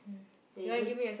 so you don't